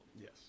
Yes